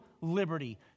liberty